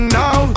now